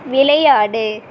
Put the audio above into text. விளையாடு